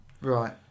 Right